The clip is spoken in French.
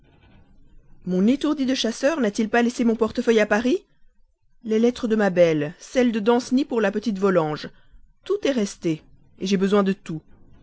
mon étourdi de chasseur n'a-t-il pas laissé mon portefeuille à paris les lettres de ma belle celle de danceny pour la petite volanges tout est resté j'ai besoin de tout